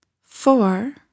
four